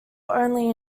only